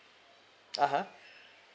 (uh huh)